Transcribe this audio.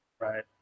Right